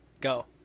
Go